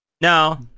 No